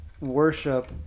worship